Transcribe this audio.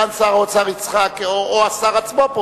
או השר עצמו,